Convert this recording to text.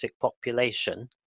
population